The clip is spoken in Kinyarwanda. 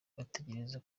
batekereza